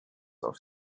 auf